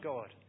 God